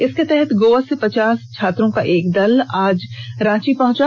इसके तहत गोवा से पचास छात्रों का एक दल आज रांची पहुंचा